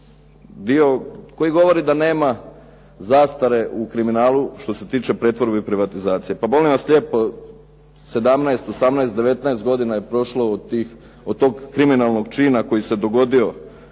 dio koji govori da nema zastare u kriminalu što se tiče pretvorbe i privatizacije. Ma molim vas lijepo, 17, 18, 19 godina je prošlo od tog kriminalnog čina koji se dogodio